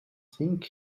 thing